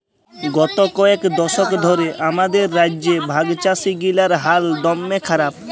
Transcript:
গত কয়েক দশক ধ্যরে আমাদের রাজ্যে ভাগচাষীগিলার হাল দম্যে খারাপ